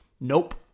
Nope